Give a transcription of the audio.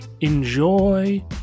enjoy